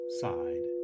side